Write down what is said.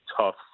tough